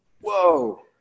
Whoa